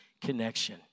connection